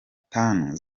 tanu